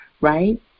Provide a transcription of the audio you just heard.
right